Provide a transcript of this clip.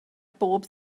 bob